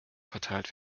verteilt